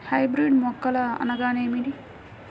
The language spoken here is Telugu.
హైబ్రిడ్ మొక్కలు అనగానేమి?